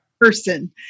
person